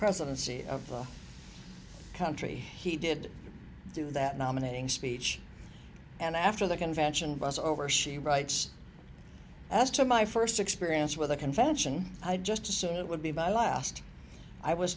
presidency of the country he did do that nominating speech and after the convention was over she writes as to my first experience with the convention i just assumed it would be by last i was